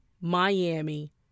Miami